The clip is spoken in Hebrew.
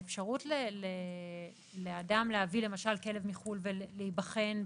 האפשרות לאדם להביא למשל כלב מחוץ לארץ ולהיבחן,